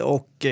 Och